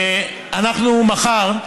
אנחנו מחר,